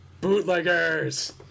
bootleggers